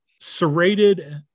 serrated